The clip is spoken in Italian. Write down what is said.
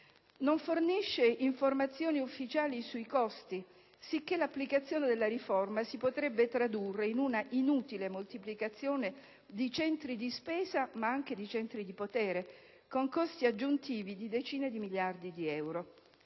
Non fornisce informazioni ufficiali sui costi, sicché l'applicazione della riforma si potrebbe tradurre in un'inutile moltiplicazione di centri di spesa e di potere con costi aggiuntivi di decine di miliardi di euro.